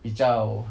比较